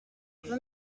j’en